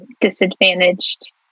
disadvantaged